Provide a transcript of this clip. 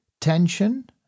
tension